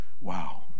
Wow